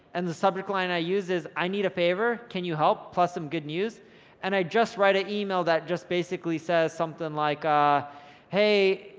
and the subject line i use is, i need a favor can you help, plus some good news and i just write an email that just basically says something like ah hey,